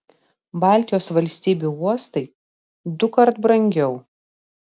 baltijos valstybių uostai dukart brangiau